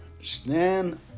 Stand